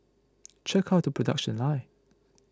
check out the production lines